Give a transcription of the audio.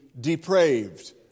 depraved